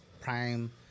prime